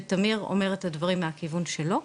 תמיר אומר את הדברים מהכיוון שלו,